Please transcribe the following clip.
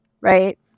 right